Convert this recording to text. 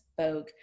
Vogue